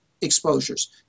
exposures